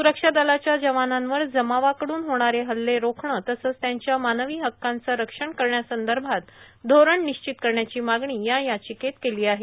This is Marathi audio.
स्रक्षा दलाच्या जवानांवर जमावाकडुन होणारे हल्ले रोखणं तसंच त्यांच्या मानवी हक्कांचं रक्षण करण्यासंदर्भात धोरण निश्चित करण्याची मागणी या याचिकेत केली आहे